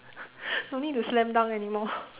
no need to slam dunk anymore